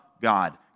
God